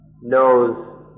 knows